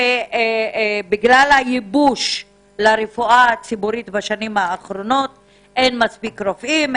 שבגלל הייבוש של הרפואה הציבורית בשנים האחרונות אז אין מספיק רופאים,